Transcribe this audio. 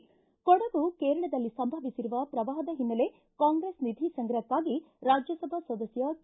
ಿ ಕೊಡಗು ಕೇರಳದಲ್ಲಿ ಸಂಭವಿಸಿರುವ ಪ್ರವಾಹದ ಹಿನ್ನೆಲೆ ಕಾಂಗ್ರೆಸ್ ನಿಧಿ ಸಂಗ್ರಹಕ್ಕಾಗಿ ರಾಜ್ಯಸಭಾ ಸದಸ್ಯ ಕೆ